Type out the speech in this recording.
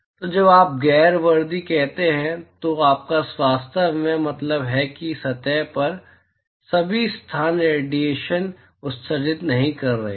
तो जब आप गैर वर्दी कहते हैं तो आपका वास्तव में मतलब है कि सतह पर सभी स्थान रेडिएशन उत्सर्जित नहीं कर रहे हैं